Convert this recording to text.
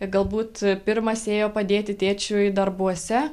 galbūt pirmas ėjo padėti tėčiui darbuose